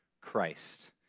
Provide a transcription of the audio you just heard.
Christ